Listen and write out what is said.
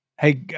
Hey